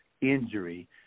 injury